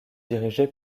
dirigé